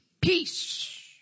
Peace